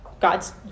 God's